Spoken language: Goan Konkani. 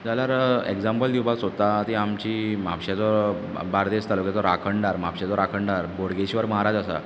जाल्यार एगझाम्पल दिवपाक सोदता ती आमचीं म्हापशेंचो बार्देस तालुक्यांतलो राखणदार म्हापशेंचो राखणदार बोडगेश्वर म्हाराज आसा